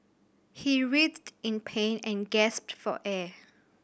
he writhed in pain and gasped for air